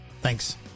Thanks